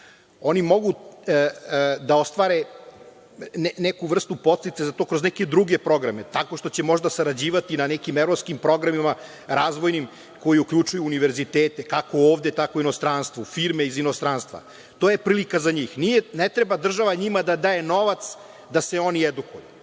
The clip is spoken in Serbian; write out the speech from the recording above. Oni mogu da ostvare neku vrstu podsticaja za to kroz neke druge programe, tako što će možda sarađivati na nekim evropskim programima, razvojnim, koji uključuju univerzitete, kako ovde, tako i u inostranstvu, firme iz inostranstva. To je prilika za njih. Ne treba država njima da daje novac da se oni edukuju.